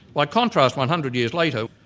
like contrast, one hundred years later,